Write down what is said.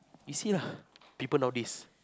you see lah people nowadays